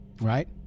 right